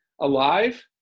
alive